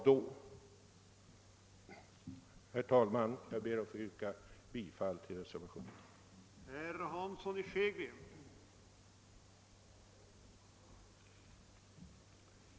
Jag ber att få yrka bifall till reservationen 1a.